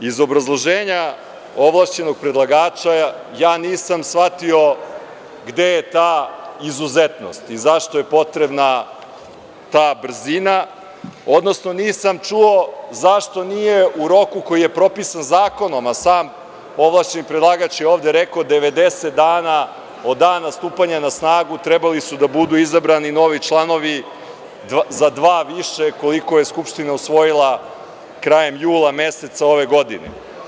Iz obrazloženja ovlašćenog predlagača ja nisam shvatio gde je ta izuzetnost i zašto je potrebna ta brzina, odnosno nisam čuo zašto nije u roku koji je propisan zakonom, a sam ovlašćeni predlagač je ovde rekao 90 dana od dana stupanja na snagu trebali su da budu izabrani novi članovi, za dva više koliko je Skupština usvojila krajem jula meseca ove godine.